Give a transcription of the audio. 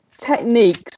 techniques